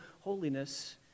holiness